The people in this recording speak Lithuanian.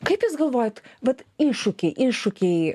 kaip jūs galvojat vat iššūkiai iššūkiai